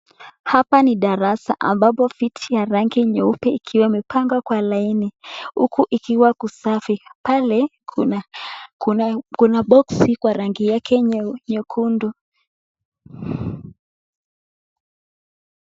Hapa ni darasa ambapo viti ya rangi nyeupe ikiwa imepangwa kwa laini huku ikiwa kusafi. Pale kuna boksi kwa rangi yake nyekundu.